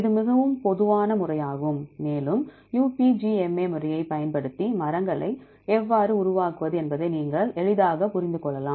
இது மிகவும் பொதுவான முறையாகும் மேலும் UPGMA முறையைப் பயன்படுத்தி மரங்களை எவ்வாறு உருவாக்குவது என்பதை நீங்கள் எளிதாக புரிந்து கொள்ளலாம்